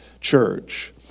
Church